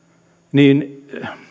niin